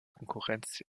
konkurrenz